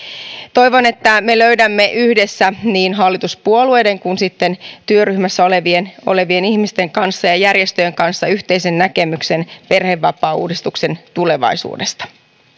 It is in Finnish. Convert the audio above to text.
toivon että me löydämme yhdessä niin hallituspuolueiden kuin sitten työryhmässä olevien olevien ihmisten ja järjestöjen kanssa yhteisen näkemyksen perhevapaauudistuksen tulevaisuudesta